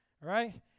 right